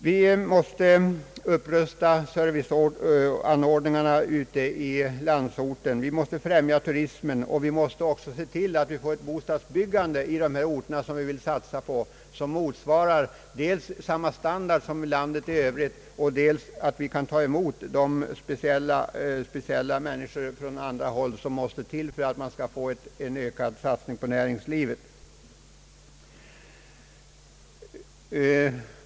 Vi måste upprusta serviceanordningarna ute i landsorten. Vi måste främja turismen, och vi måste se till att vi får ett bostadsbyggande i de orter vi vill satsa på, ett bostadsbyggande som dels håller samma standard som i landet i övrigt, dels gör det möjligt att ta emot de speciella yrkesmän från andra håll som måste till för att det skall kunna ske en ökad satsning på näringslivet.